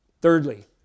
Thirdly